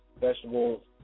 vegetables